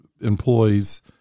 employees